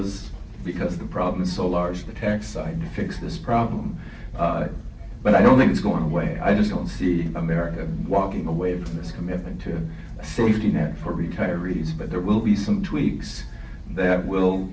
as because the problem is so large the tax side fix this problem but i don't think it's going away i just don't see america walking away from this commitment to safety net for retirees but there will be some tweaks that will